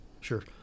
Sure